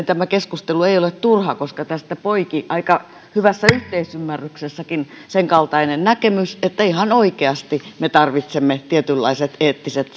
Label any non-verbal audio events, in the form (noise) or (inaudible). (unintelligible) tämä keskustelu ei ole turha koska tästä poiki aika hyvässä yhteisymmärryksessäkin sen kaltainen näkemys että ihan oikeasti me tarvitsemme tietynlaiset eettiset (unintelligible)